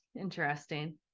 interesting